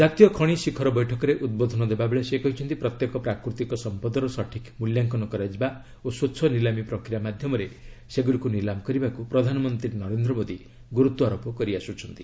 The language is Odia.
ଜାତୀୟ ଖଣି ଶିଖର ବୈଠକରେ ଉଦ୍ବୋଧନ ଦେବା ବେଳେ ସେ କହିଛନ୍ତି ପ୍ରତ୍ୟେକ ପ୍ରାକୃତିକ ସମ୍ପଦର ସଠିକ୍ ମୂଲ୍ୟାଙ୍କନ କରାଯିବା ଓ ସ୍ୱଚ୍ଛ ନିଲାମି ପ୍ରକ୍ରିୟା ମାଧ୍ୟମରେ ସେଗୁଡ଼ିକୁ ନିଲାମ କରିବାକୁ ପ୍ରଧାନମନ୍ତ୍ରୀ ନରେନ୍ଦ୍ର ମୋଦୀ ଗୁରୁତ୍ୱାରୋପ କରି ଆସୁଛନ୍ତି